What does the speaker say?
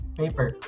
paper